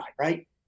right